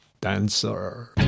dancer